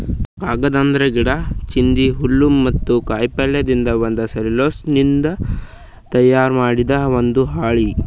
ಕಾಗದ್ ಅಂದ್ರ ಗಿಡಾ, ಚಿಂದಿ, ಹುಲ್ಲ್ ಮತ್ತ್ ಕಾಯಿಪಲ್ಯಯಿಂದ್ ಬಂದ್ ಸೆಲ್ಯುಲೋಸ್ನಿಂದ್ ತಯಾರ್ ಮಾಡಿದ್ ಒಂದ್ ಹಾಳಿ